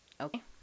Okay